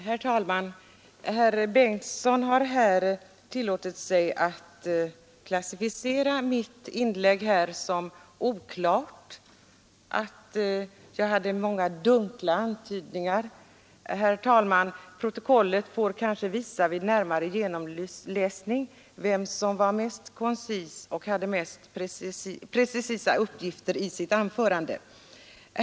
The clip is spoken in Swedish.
Herr talman! Herr Bengtson har här tillåtit sig att klassificera mitt Svenska handelsinlägg som oklart och sagt att jag hade många dunkla antydningar. fartyg, m.m. Protokollet får kanske, herr talman, vid närmare genomläsning utvisa vem som var mest koncis och hade mest precisa uppgifter i sitt anförande.